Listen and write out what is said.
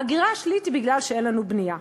ההגירה השלילית היא מפני שאין לנו בנייה.